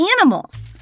animals